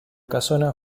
casona